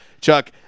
Chuck